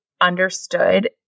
understood